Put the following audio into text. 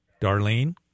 Darlene